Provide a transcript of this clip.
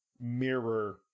Mirror